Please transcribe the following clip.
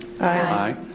Aye